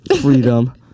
freedom